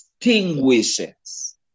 Distinguishes